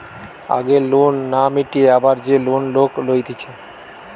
আগের লোন না মিটিয়ে আবার যে লোন লোক লইতেছে